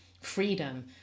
freedom